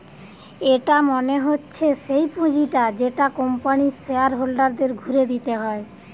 এটা মনে হচ্ছে সেই পুঁজিটা যেটা কোম্পানির শেয়ার হোল্ডারদের ঘুরে দিতে হয়